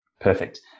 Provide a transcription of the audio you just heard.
Perfect